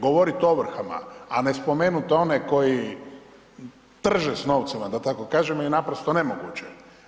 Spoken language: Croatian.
Govoriti o ovrhama, a ne spomenuti one koji trže s novcima, da tako kažem je naprosto nemoguće.